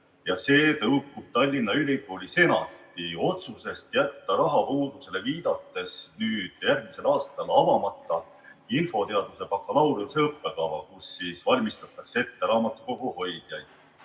See tõukub Tallinna Ülikooli senati otsusest jätta rahapuudusele viidates järgmisel aastal avamata infoteaduse bakalaureuse õppekava, kus valmistatakse ette raamatukoguhoidjaid.